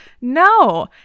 No